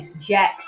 Jack